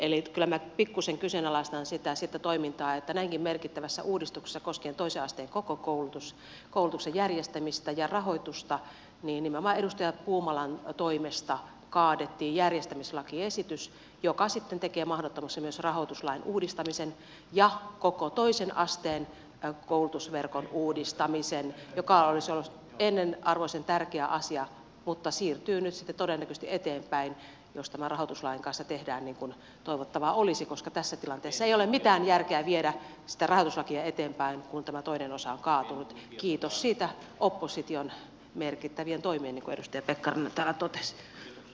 eli kyllä minä pikkuisen kyseenalaistan sitä toimintaa että näinkin merkittävässä uudistuksessa koskien toisen asteen koko koulutuksen järjestämistä ja rahoitusta nimenomaan edustaja puumalan toimesta kaadettiin järjestämislakiesitys joka sitten tekee mahdottomaksi myös rahoituslain uudistamisen ja koko toisen asteen koulutusverkon uudistamisen joka olisi ollut ensiarvoisen tärkeä asia mutta siirtyy nyt sitten todennäköisesti eteenpäin jos tämän rahoituslain kanssa tehdään niin kuin toivottavaa olisi koska tässä tilanteessa ei ole mitään järkeä viedä sitä rahoituslakia eteenpäin kun tämä toinen osa on kaatunut kiitos siitä opposition merkittävien toimien niin kuin edustaja pekkarinen täällä totesi